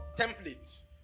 template